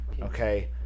okay